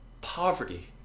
poverty